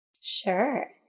Sure